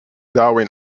darwin